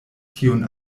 tiun